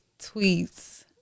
tweets